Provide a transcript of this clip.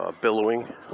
billowing